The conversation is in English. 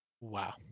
wow